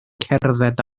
cerdded